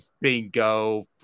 bingo